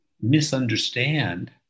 misunderstand